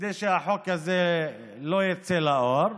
כדי שהחוק הזה לא יצא לאור,